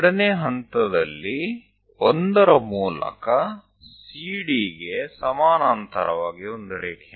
તેથી 1 માંથી CD ને સમાંતર એક લીટી દોરો